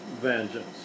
vengeance